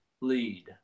lead